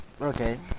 Okay